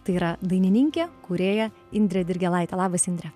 tai yra dainininkė kūrėja indrė dirgėlaitė labas indre